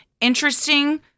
interesting